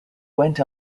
went